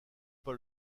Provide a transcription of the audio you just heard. pas